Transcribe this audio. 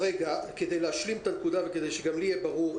כדי להשלים את הנקודה וכדי שגם לי יהיה ברור.